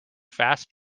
fast